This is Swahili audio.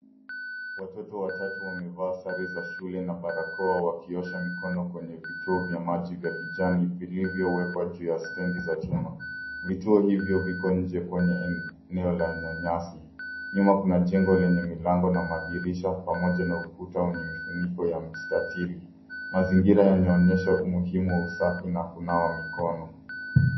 Watoto watatu wamevaa sare za shule na barakoa, wakiosha mikono kwenye vituo vya maji vya kijani vilivyowekwa juu ya stendi za chuma. Vituo hivyo viko nje kwenye eneo la nyasi. Nyuma kuna jengo lenye milango na madirisha pamoja na ukuta wenye mifuniko ya mstatili. Mazingira yanaonyesha umuhimu wa usafi na kunawa mikono.